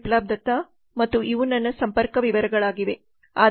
Biplab Datta